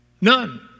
None